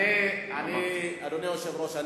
אדוני היושב-ראש,